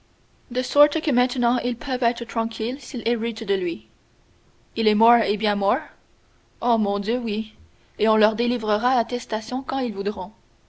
de sorte que maintenant ils peuvent être tranquilles s'ils héritent de lui il est mort et bien mort oh mon dieu oui et on leur délivrera attestation quand ils voudront